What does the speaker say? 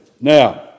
Now